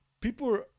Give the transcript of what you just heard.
People